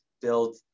build